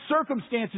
circumstances